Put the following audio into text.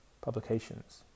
publications